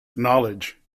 knowledge